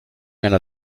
einer